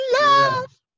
love